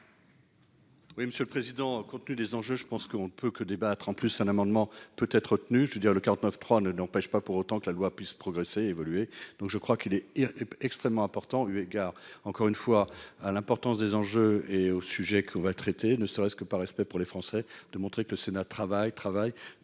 Oui, Monsieur le Président, compte-tenu des enjeux, je pense qu'on ne peut que débattre en plus un amendement peut être, je veux dire le 49 3 ne n'empêche pas pour autant que la loi puisse progresser, évoluer, donc je crois qu'il est extrêmement important eu égard, encore une fois à l'importance des enjeux et au sujet qu'on va traiter ne serait-ce que par respect pour les Français, de montrer que le Sénat, travaille, travaille